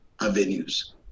avenues